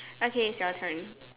okay it's your turn